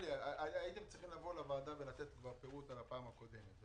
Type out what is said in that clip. הייתם צריכים לבוא לוועדה ולתת כבר פירוט על הפעם הקודמת.